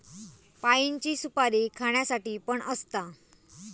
पाइनची सुपारी खाण्यासाठी पण असता